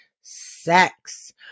sex